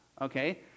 okay